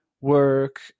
work